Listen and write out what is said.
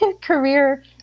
career